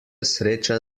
sreča